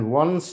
one